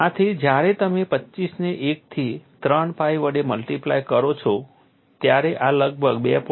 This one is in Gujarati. આથી જ્યારે તમે 25 ને 1 થી 3 pi વડે મલ્ટિપ્લાય કરો છો ત્યારે આ લગભગ 2